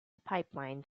pipelines